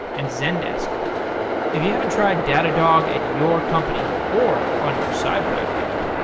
and zendesk if you haven't tried datadog at your company or on your side project,